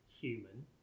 human